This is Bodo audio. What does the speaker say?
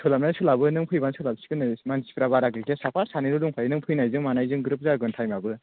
सोलाबनाया सोलाबो नों फैबानो सोलाब सिगोन नै मानसिफ्रा बारा गैखाया साफा सानैल' दंखायो नों फैनायजों मानायजों ग्रोब जागोन थाइमाबो